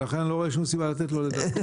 ולכן אני לא רואה שום סיבה לתת לו לדבר.